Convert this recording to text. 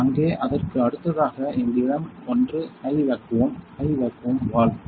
அங்கே அதற்கு அடுத்ததாக எங்களிடம் ஒன்று high vacuum high vacuum valve